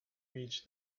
reached